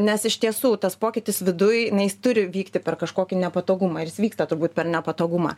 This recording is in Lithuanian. nes iš tiesų tas pokytis viduj na jis turi vykti per kažkokį nepatogumą ir jis vyksta turbūt per nepatogumą